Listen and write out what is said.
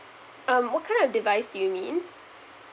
um what kind of device do you mean